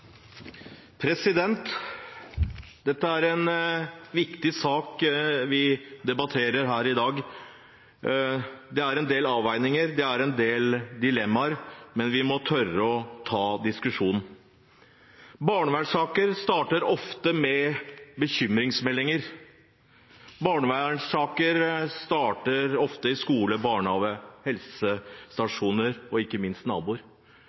er en viktig sak vi debatterer her i dag. Det er en del avveininger, det er en del dilemmaer, men vi må tørre å ta diskusjonen. Barnevernssaker starter ofte med bekymringsmeldinger. Barnevernssaker starter ofte i skoler, i barnehager, på helsestasjoner og ikke minst via naboer.